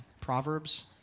Proverbs